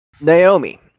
Naomi